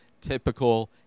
typical